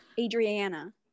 Adriana